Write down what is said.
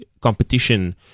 competition